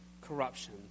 corruption